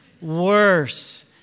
worse